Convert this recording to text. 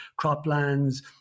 croplands